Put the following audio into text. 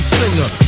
singer